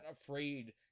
afraid